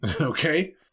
Okay